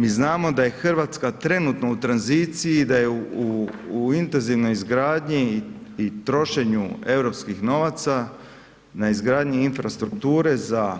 Mi znamo da je Hrvatska trenutno u tranziciji, da je u intenzivnoj izgradnji i trošenju europskih novaca, na izgradnji infrastrukture za